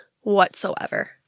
whatsoever